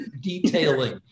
detailing